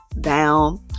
down